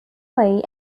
way